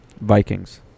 Vikings